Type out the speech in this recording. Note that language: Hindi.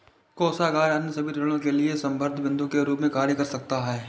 कोषागार अन्य सभी ऋणों के लिए संदर्भ बिन्दु के रूप में कार्य करता है